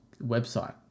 website